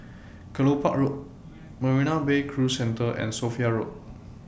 Kelopak Road Marina Bay Cruise Centre and Sophia Road